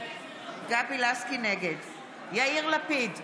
נגד יאיר לפיד,